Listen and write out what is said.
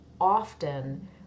often